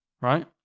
right